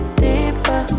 deeper